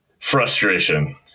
frustration